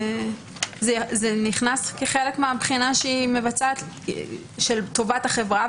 זה נכנס כחלק מהבחינה שהיא מבצעת של טובת החברה,